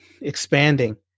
expanding